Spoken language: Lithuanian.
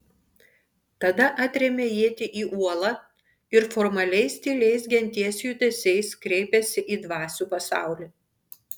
tada atrėmė ietį į uolą ir formaliais tyliais genties judesiais kreipėsi į dvasių pasaulį